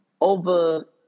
over